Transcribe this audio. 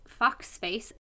Foxface